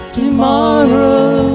tomorrow